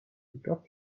got